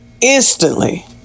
instantly